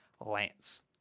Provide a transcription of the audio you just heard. Lance